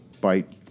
bite